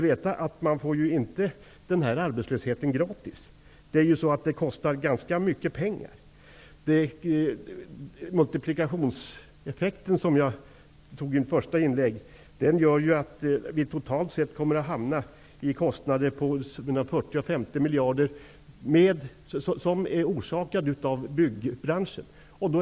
Vi skall veta att arbetslösheten inte är gratis. Den kostar ganska mycket pengar. Den multiplikationseffekt som jag nämnde gör att vi totalt sett kommer att få kostnader på mellan 40 och 50 miljarder, orsakade av byggbranschen.